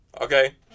Okay